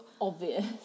Obvious